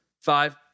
Five